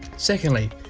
secondly,